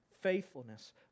Faithfulness